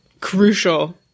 crucial